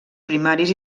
primaris